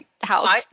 house